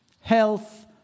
Health